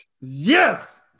Yes